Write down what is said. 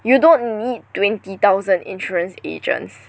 you don't need twenty thousand insurance agents